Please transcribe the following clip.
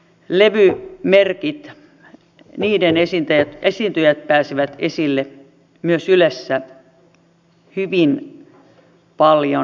vain erittäin suosittujen määrättyjen levymerkkien esiintyjät pääsevät esille myös ylessä hyvin paljon